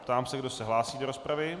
Ptám se, kdo se hlásí do rozpravy.